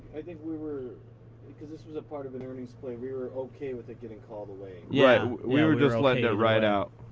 i think we were because this was a part of an earnings play, we were ok with it getting called away. yeah. we were just letting it ride out.